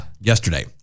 yesterday